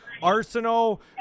Arsenal